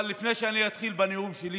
אבל לפני שאני אתחיל בנאום שלי,